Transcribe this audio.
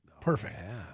perfect